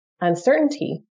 uncertainty